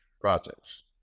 projects